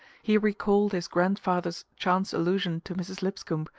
he recalled his grandfather's chance allusion to mrs. lipscomb,